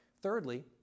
Thirdly